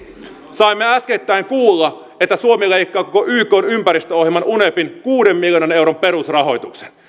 saimme äskettäin kuulla että suomi leikkaa koko ykn ympäristöohjelman unepin kuuden miljoonan euron perusrahoituksen